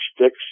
sticks